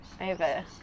Over